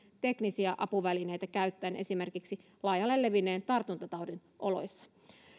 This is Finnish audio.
teknisiä apuvälineitä käyttäen esimerkiksi laajalle levinneen tartuntataudin oloissa